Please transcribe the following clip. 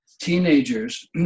teenagers